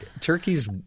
turkey's